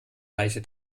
reiche